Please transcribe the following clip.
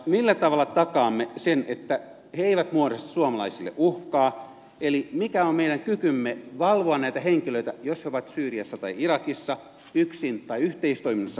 millä tavalla takaamme sen että he eivät muodosta suomalaisille uhkaa eli mikä on meidän kykymme valvoa näitä henkilöitä jos he ovat syyriassa tai irakissa yksin tai yhteistoiminnassa muiden kanssa